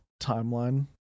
timeline